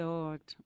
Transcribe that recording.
Lord